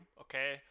okay